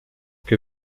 que